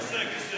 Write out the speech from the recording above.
קשה, קשה.